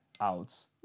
out